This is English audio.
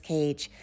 Cage